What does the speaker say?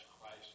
Christ